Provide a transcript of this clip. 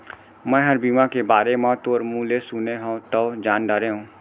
मैंहर बीमा के बारे म तोर मुँह ले सुने हँव तव जान डारेंव